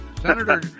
Senator